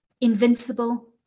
invincible